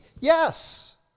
Yes